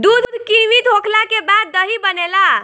दूध किण्वित होखला के बाद दही बनेला